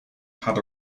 had